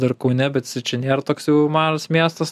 dar kaune bet čia nėr toks jau mažas miestas